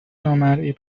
نامرئی